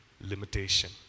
limitation